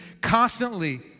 constantly